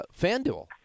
FanDuel